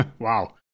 Wow